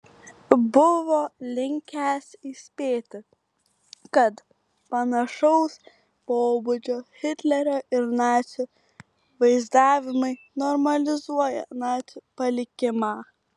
buvo linkęs įspėti kad panašaus pobūdžio hitlerio ir nacių vaizdavimai normalizuoja nacių palikimą